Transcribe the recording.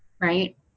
right